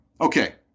Okay